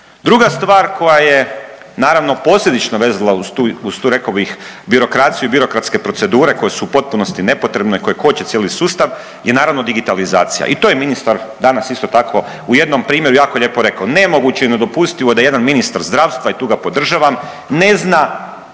Druga stvar koja je naravno posljedično vezala uz tu rekao bih birokraciju i birokratske procedure koje su u potpunosti nepotrebne i koje koče cijeli sustav je naravno digitalizacija. I to je ministar danas isto tako u jednom primjeru jako lijepo rekao. Nemoguće je nedopustivo da jedan ministar zdravstva i tu ga podržavam ne zna